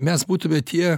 mes būtume tie